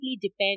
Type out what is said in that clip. depend